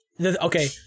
okay